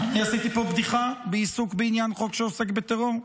אני עשיתי פה בדיחה בעיסוק בעניין חוק שעוסק בטרור?